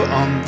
on